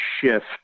shift